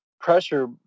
pressure